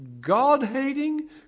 God-hating